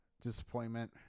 disappointment